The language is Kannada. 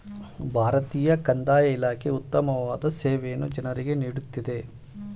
ಭಾರತೀಯ ಕಂದಾಯ ಇಲಾಖೆ ಉತ್ತಮವಾದ ಸೇವೆಯನ್ನು ಜನರಿಗೆ ನೀಡುತ್ತಿದೆ